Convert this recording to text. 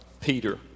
Peter